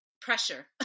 Pressure